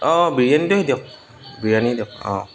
অঁ বিৰিয়ানীটোৱে দিয়ক বিৰিয়ানী দিয়ক অঁ